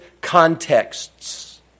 contexts